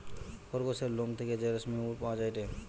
খরগোসের লোম থেকে যে রেশমি উল পাওয়া যায়টে